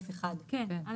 כן.